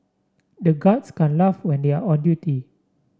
the guards can't laugh when they are on duty